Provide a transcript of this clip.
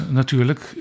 natuurlijk